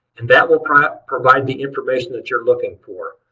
and that will provide provide the information that you're looking for.